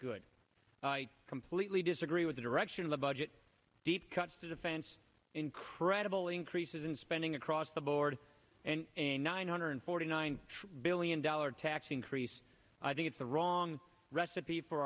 good completely disagree with the direction of the budget cuts to defense incredible increases in spending across the board and a nine hundred forty nine billion dollar tax increase i think it's the wrong recipe for